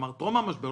כלומר טרום המשבר,